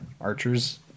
Archer's